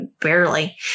barely